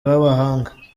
b’abahanga